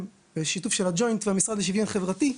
בשיתוף של הג'וינט והמשרד לשוויון חברתי.